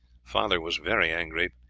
father was very angry,